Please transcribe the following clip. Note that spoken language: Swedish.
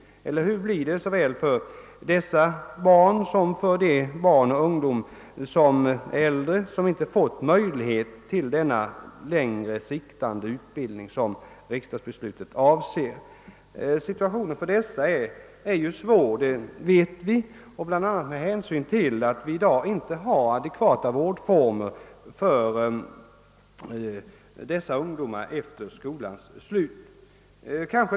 Eller blir det för dem på samma sätt som för de barn, ungdomar och äldre vilka inte har fått möjlighet till den längre siktande utbildning som riksdagens beslut avser? Situationen för dessa är svår — det vet vi — bland annat med hänsyn till att vi i dag inte har adekvata vårdformer för dessa ungdomar efter skolans slut.